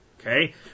Okay